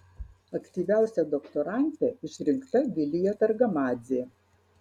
aktyviausia doktorante išrinkta vilija targamadzė